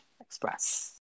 Express